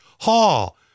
Hall